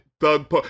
thug